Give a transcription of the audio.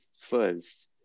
first